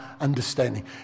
understanding